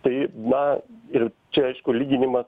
tai na ir čia aišku lyginimas